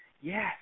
Yes